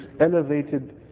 elevated